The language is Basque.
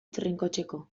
trinkotzeko